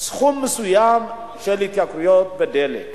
סכום מסוים של התייקרויות בדלק.